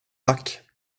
tack